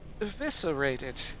Eviscerated